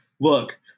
look